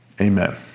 amen